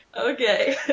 okay